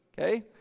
Okay